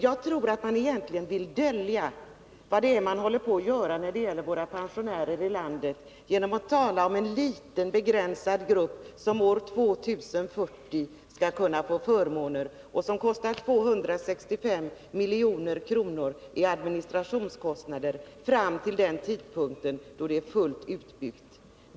Jag tror att man egentligen vill dölja vad det är man håller på att göra när det gäller våra pensionärer genom att tala om en liten, begränsad grupp som år 2040 skall kunna få förmåner, som kostar 265 milj.kr. i administration fram till den tidpunkt då det hela är fullt utbyggt.